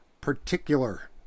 particular-